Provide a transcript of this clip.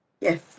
Yes